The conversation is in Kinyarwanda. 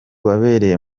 wabereye